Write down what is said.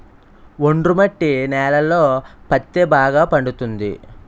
ఒండ్రు మట్టి నేలలలో పత్తే బాగా పండుతది